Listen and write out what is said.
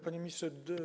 Panie Ministrze!